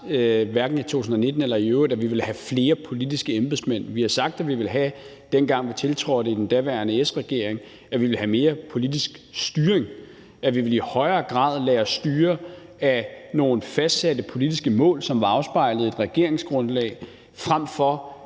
hverken i 2019 eller i øvrigt, har sagt, at vi ville have flere politiske embedsmænd. Vi sagde, dengang vi tiltrådte i den daværende S-regering, at vi ville have mere politisk styring, og at vi i højere grad ville lade os styre af nogle fastsatte politiske mål, som var afspejlet i et regeringsgrundlag, frem for